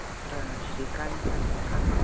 अत्र श्रीकान्तः जिश्कर्